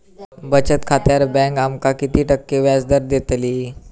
बचत खात्यार बँक आमका किती टक्के व्याजदर देतली?